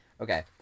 Okay